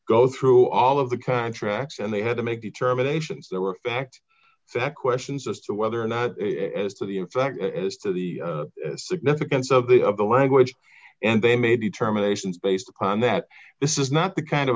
go through all of the contracts and they had to make determinations there were fact that questions as to whether or not as to the in fact as to the significance of the of the language and they made determinations based on that this is not the kind of